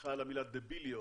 סליחה על המילה, דביליות,